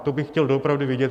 To bych chtěl doopravdy vidět.